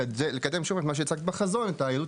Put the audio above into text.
לקדם שוב את מה שהצגת בחזון את היהדות